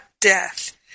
death